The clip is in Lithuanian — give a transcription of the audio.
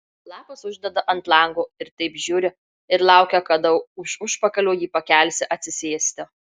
lapas uždeda ant lango ir taip žiuri ir laukia kada už užpakalio jį pakelsi atsisėsti